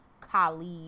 colleague